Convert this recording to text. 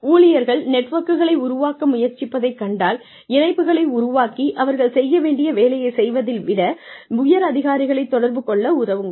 ஊழியர்கள் நெட்வொர்க்குகளை உருவாக்க முயற்சிப்பதைக் கண்டால் இணைப்புகளை உருவாக்கி அவர்கள் செய்ய வேண்டிய வேலையை செய்வதை விட உயர் அதிகாரிகளை தொடர்பு கொள்ள உதவுங்கள்